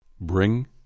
Bring